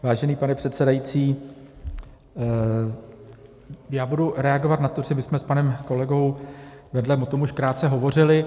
Vážený pane předsedající, budu reagovat na to, že my jsme s panem kolegou vedle o tom už krátce hovořili.